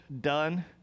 done